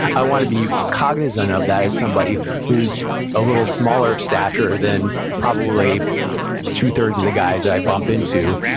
i want to be cognizant of that as somebody who's a little smaller of stature than probably two thirds of the guys that i bump into,